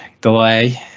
delay